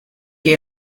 que